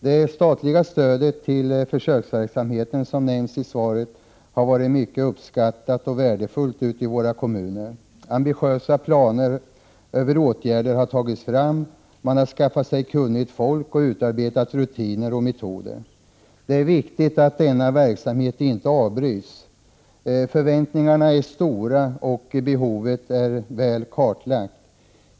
Det statliga stödet till den försöksverksamhet som nämnts i svaret har varit mycket uppskattat och värdefullt i kommunerna. Ambitiösa planer över åtgärder har tagits fram, och man har skaffat sig kunnigt folk och utarbetat rutiner och metoder. Det är viktigt att denna verksamhet inte avbryts. Förväntningarna är stora, och behovet är väl kartlagt.